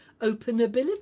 openability